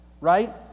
right